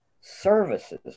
services